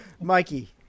Mikey